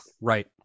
Right